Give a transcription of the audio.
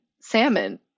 salmon